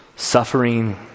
Suffering